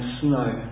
snow